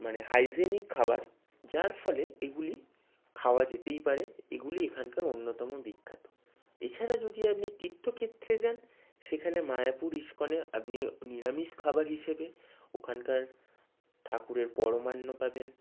মানে হাইজিনিক খাবার যার ফলে এগুলি খাওয়া যেতেই পারে এগুলি এখানকার অন্যতম বিখ্যাত এছাড়া যদি আপনি তীর্থক্ষেত্রে যান সেখানে মায়াপুর ইস্কনে আপনি নিরামিষ খাবার হিসেবে ওখানকার ঠাকুরের পরমান্ন পাবেন